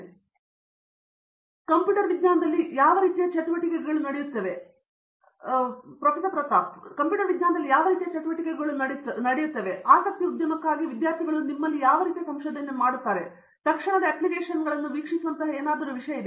ಅವರು ನೋಡಿ ಕಂಪ್ಯೂಟರ್ ವಿಜ್ಞಾನದಲ್ಲಿ ಯಾವ ರೀತಿಯ ಚಟುವಟಿಕೆಗಳು ನಡೆಯುತ್ತವೆಯೋ ಅಂತಹ ಹೆಚ್ಚಿನ ಆಸಕ್ತಿ ಉದ್ಯಮಕ್ಕಾಗಿ ವಿದ್ಯಾರ್ಥಿಗಳು ನಿಮಗೆ ಸಂಶೋಧನೆ ಮಾಡುತ್ತಾರೆ ಎಂಬುದು ನಿಮಗೆ ತಿಳಿದಿದ್ದರೆ ಅವರು ತಕ್ಷಣದ ಅಪ್ಲಿಕೇಶನ್ಗಳನ್ನು ವೀಕ್ಷಿಸುವಂತಹ ವಿಷಯವೂ ಇದೆಯೇ